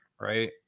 right